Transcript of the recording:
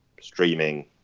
streaming